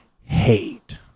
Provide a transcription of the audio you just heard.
hate